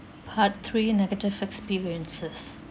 part three negative experiences